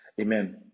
Amen